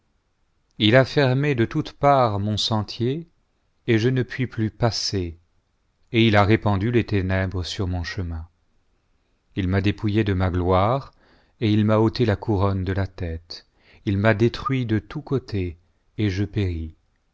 il a fermé de toutes parts mon sentier et je ne puis plus passer et il a répandu des ténèbres sur mon chemin il m'a dépouillé de ma gloire et il m'a ôté la couronne de la tête il m'a détruit de tous côtés et je péris